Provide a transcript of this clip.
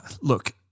Look